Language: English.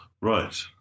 Right